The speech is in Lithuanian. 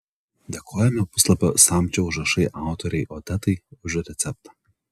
dėkojame puslapio samčio užrašai autorei odetai už receptą